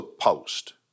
post